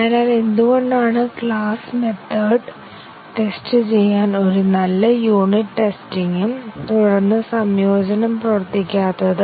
അതിനാൽ എന്തുകൊണ്ടാണ് class method test ചെയ്യാൻ ഒരു നല്ല യൂണിറ്റ് ടെസ്റ്റിംഗും തുടർന്ന് സംയോജനം പ്രവർത്തിക്കാത്തത്